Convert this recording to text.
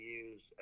use